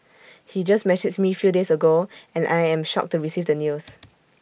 he just messaged me few days ago and I am shocked to receive the news